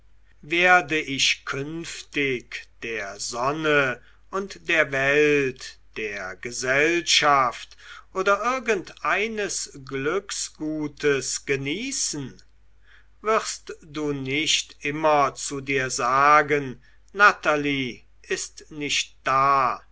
werde ich künftig der sonne und der welt der gesellschaft oder irgendeines glücksgutes genießen wirst du nicht immer zu dir sagen natalie ist nicht da